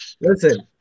Listen